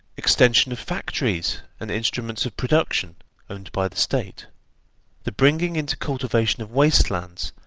extension of factories and instruments of production owned by the state the bringing into cultivation of waste-lands,